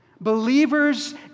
Believers